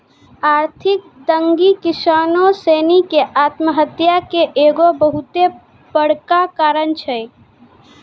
आर्थिक तंगी किसानो सिनी के आत्महत्या के एगो बहुते बड़का कारण छै